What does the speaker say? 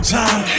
time